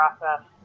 process